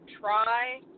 try